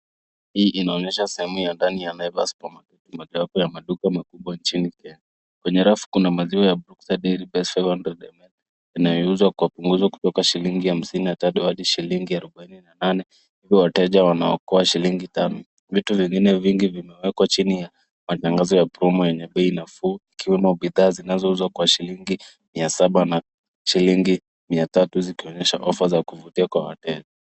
Hii inaonyesha sehemu ya ndani ya Naivas supermarket mojawapo ya maduka makubwa hapa inchini Kenya. Kwenye rafu kuna masiwa ya Brookside, Dairy Best 500ml inaouzwa kwa pungozo wa kutoka hadi shilingi arubaini na nane ivo wateja wanaokoa shilingi tano. Vitu vingine vimewekwa jini ya matangazo ya promo enye pei nafu ikiwemo bidhaa zinazouswa kwa shilingi mia saba na shilingi mia tatu zikionyesha ofia za kufutia kwa wateja.